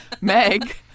Meg